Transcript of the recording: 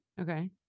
Okay